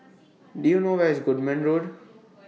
Do YOU know Where IS Goodman Road